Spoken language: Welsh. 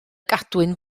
gadwyn